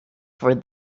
for